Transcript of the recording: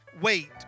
Wait